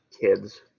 kids